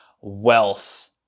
wealth